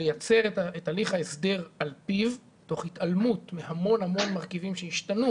לייצר את הליך ההסדר על פיו תוך התעלמות מהמון מרכיבים שהשתנו